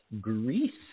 Greece